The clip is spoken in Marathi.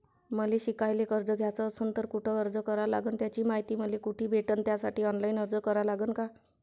मले शिकायले कर्ज घ्याच असन तर कुठ अर्ज करा लागन त्याची मायती मले कुठी भेटन त्यासाठी ऑनलाईन अर्ज करा लागन का?